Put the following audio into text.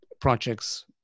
projects